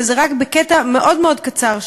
אבל זה רק בקטע מאוד מאוד קצר שלו.